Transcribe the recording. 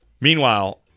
Meanwhile